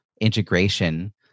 integration